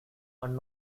and